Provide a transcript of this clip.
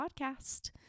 Podcast